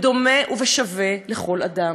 בדומה ובשווה לכל אדם,